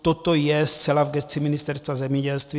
Toto je zcela v gesci Ministerstva zemědělství.